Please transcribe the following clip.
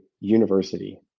university